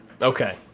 Okay